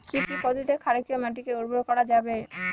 কি পদ্ধতিতে ক্ষারকীয় মাটিকে উর্বর করা যাবে?